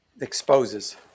exposes